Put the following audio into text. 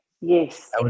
Yes